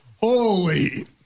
Holy